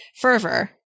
fervor